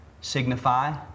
signify